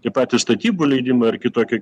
tie patys statybų leidimai ar kitokie